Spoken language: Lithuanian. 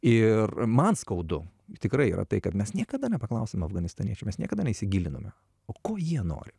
ir man skaudu tikrai yra tai kad mes niekada nepaklausėme afganistaniečių mes niekada nesigilinome o ko jie nori